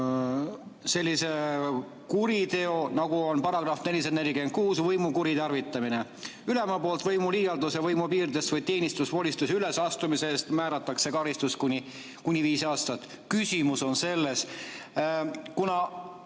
sellise kuriteo nagu võimu kuritarvitamine: ülema poolt võimuliialduse, võimupiiridest või teenistusvolitustest üleastumise eest määratakse karistus kuni viis aastat. Küsimus on selles: kuna